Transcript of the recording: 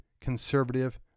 conservative